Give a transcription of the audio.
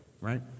right